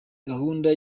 gahunda